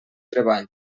treball